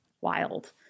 wild